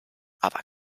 aber